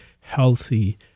healthy